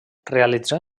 realitzà